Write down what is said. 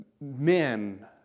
men